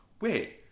Wait